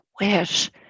wish